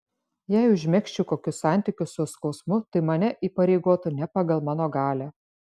jei užmegzčiau kokius santykius su skausmu tai mane įpareigotų ne pagal mano galią